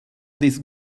these